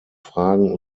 fragen